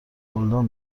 گلدان